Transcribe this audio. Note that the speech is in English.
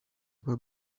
will